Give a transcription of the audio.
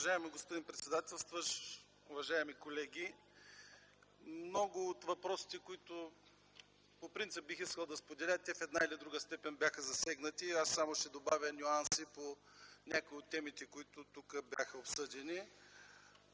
Уважаеми господин председател, уважаеми колеги! Много от въпросите, които по принцип бих искал да споделя, в една или друга степен бяха засегнати. Аз само ще добавя нюанси по някои от темите, които бяха обсъдени